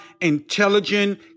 intelligent